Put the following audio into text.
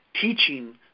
teaching